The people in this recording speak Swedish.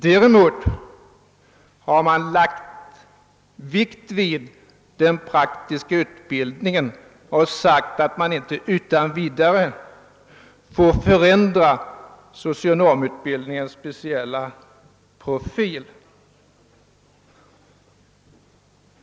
Däremot har kritikerna lagt större vikt vid den praktiska utbildningen och sagt att socionomutbildning ens speciella profil inte utan vidare får förändras.